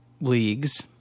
Leagues